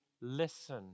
listen